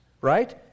right